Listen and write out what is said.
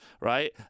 right